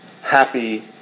happy